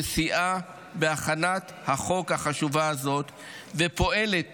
שסייעה בהכנת הצעת החוק החשובה הזאת ופועלת